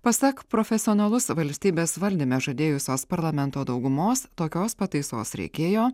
pasak profesionalus valstybės valdyme žadėjusios parlamento daugumos tokios pataisos reikėjo